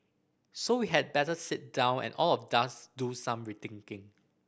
so we had better sit down and all of thus do some rethinking